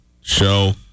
show